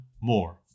more